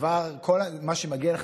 וכל מה שמגיע לך,